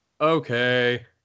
okay